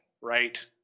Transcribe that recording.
right